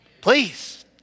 Please